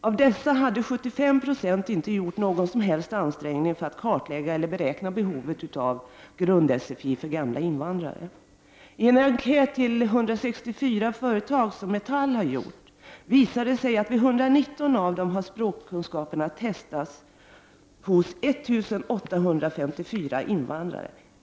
Av dessa hade 75 96 inte gjort någon som helst ansträngning för att kartlägga och beräkna behovet av grund-sfi för gamla invandrare. I en enkät till 164 företag, som Metall har gjort, visar det sig att vid 119 av dem har språkkunskaperna testats hos 1854 invandrare.